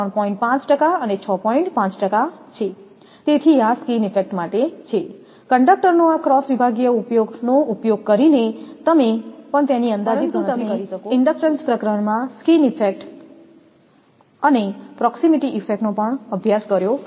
તેથી આ સ્કીન ઇફેક્ટમાટે છે કંડકટર નો આ ક્રોસ વિભાગીય ઉપયોગ કરીને તમે પણ તેની અંદાજિત ગણતરી કરી શકો છો પરંતુ તમે ઇન્ડડક્ટન્સ પ્રકરણમાં સ્કીન ઇફેક્ટ અને પ્રોકસીમીટી ઇફેક્ટ નો પણ અભ્યાસ કર્યો હશે